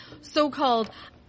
so-called